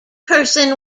person